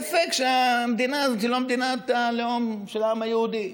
ספק שהמדינה הזאת היא מדינת הלאום של העם היהודי?